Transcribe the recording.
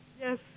Yes